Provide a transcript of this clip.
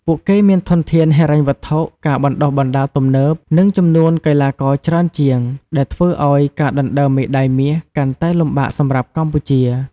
ពួកគេមានធនធានហិរញ្ញវត្ថុ ការបណ្តុះបណ្តាលទំនើប និងចំនួនកីឡាករច្រើនជាង ដែលធ្វើឲ្យការដណ្តើមមេដាយមាសកាន់តែលំបាកសម្រាប់កម្ពុជា ។